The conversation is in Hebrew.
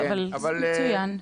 מצוין.